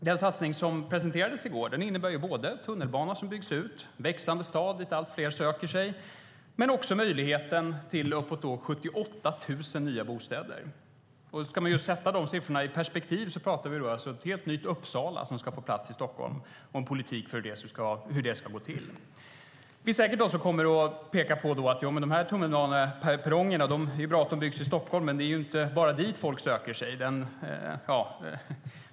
Den satsning som presenterades i går innebär både en utbyggd tunnelbana, i en växande stad dit allt fler söker sig, och en möjlighet att få 78 000 nya bostäder. Ska man sätta de siffrorna i ett perspektiv pratar vi om ett helt nytt Uppsala som ska få plats i Stockholm och en politik för hur det ska gå till. Det finns säkert de som kommer att peka på att det ju är bra att perrongerna byggs i Stockholm men att det inte är bara dit folk söker sig.